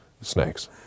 snakes